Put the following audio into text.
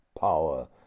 power